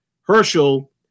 Herschel